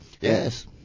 Yes